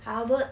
albert